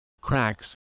cracks